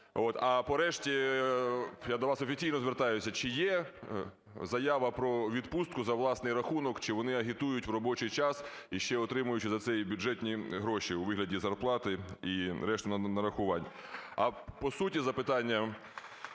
А по решті, я до вас офіційно звертаюся, чи є заява про відпустку за власний рахунок, чи вони агітують в робочий час, ще й отримуючи за це бюджетні гроші у вигляді зарплати і решти нарахувань? А по суті запитання.